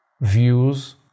views